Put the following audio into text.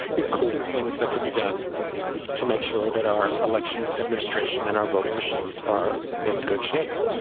including things that could be done to make sure that our election administration and our voting machines are in good shape.